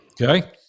Okay